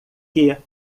que